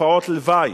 תופעות לוואי.